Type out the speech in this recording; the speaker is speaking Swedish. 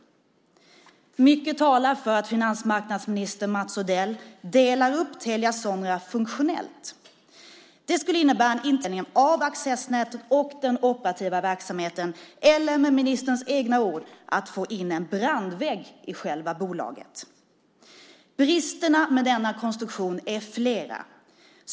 Mycket talar för att finansmarknadsminister Mats Odell delar upp Telia Sonera funktionellt. Det skulle innebära en intern uppdelning av accessnätet och den operativa verksamheten eller, med ministerns egna ord, att få in en brandvägg i själva bolaget. Bristerna med denna konstruktion är flera.